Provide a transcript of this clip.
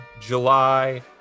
July